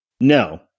No